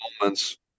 moments